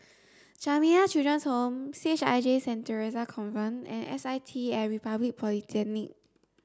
Jamiyah Children's Home C H I J Saint Theresa's Convent and S I T at Republic Polytechnic